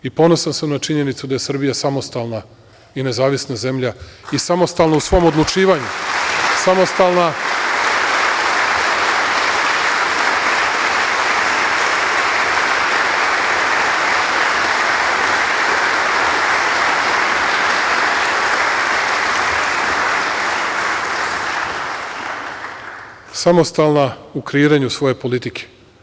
I ponosan sam na činjenicu da je Srbija samostalna i nezavisna zemlja i samostalna u svom odlučivanju, samostalna u kreiranju svoje politike.